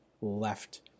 left